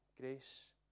grace